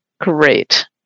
Great